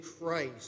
Christ